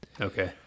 Okay